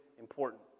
important